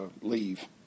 leave